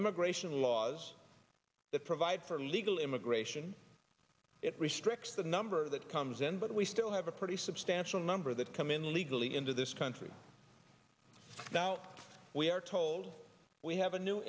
immigration laws that provide for legal immigration it restricts the number that comes in but we still have a pretty substantial number that come in legally into this country now we are told we have a new